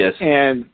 yes